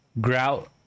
grout